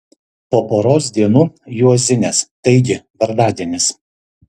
po poros dienų juozinės taigi vardadienis